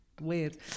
Weird